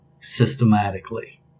systematically